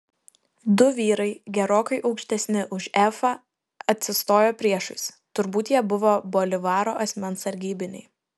du vyrai gerokai aukštesni už efą atsistojo priešais turbūt jie buvo bolivaro asmens sargybiniai